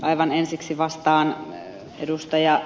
aivan ensiksi vastaan ed